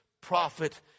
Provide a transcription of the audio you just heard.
prophet